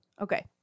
Okay